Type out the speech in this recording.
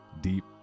Deep